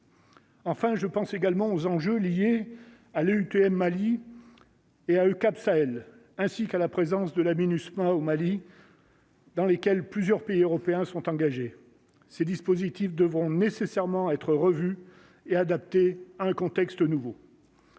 Enfin, je pense également aux enjeux liés à l'EUTM Mali et à EUCAP Sahel, ainsi qu'à la présence de la Minusma au Mali. Dans lesquels plusieurs pays européens sont engagés ces dispositifs devront nécessairement être revu et adapté un contexte nouveau.